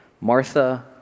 Martha